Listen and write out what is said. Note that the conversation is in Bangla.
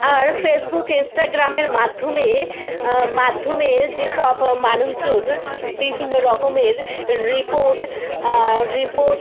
আর ফেসবুক ইনস্টাগ্রামের মাধ্যমে মাধ্যমে যে সব মানুষজন বিভিন্ন রকমের রিপোর্ট রিপোর্ট